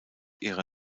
ihre